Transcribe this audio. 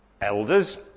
elders